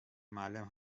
معلم